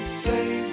save